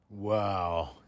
Wow